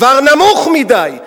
כבר נמוך מדי.